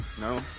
No